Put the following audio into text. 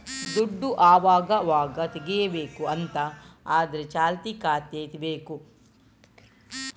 ದುಡ್ಡು ಅವಗಾವಾಗ ತೆಗೀಬೇಕು ಅಂತ ಆದ್ರೆ ಚಾಲ್ತಿ ಖಾತೆ ಬೇಕು